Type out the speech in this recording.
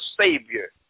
Savior